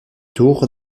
tour